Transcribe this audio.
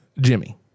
Jimmy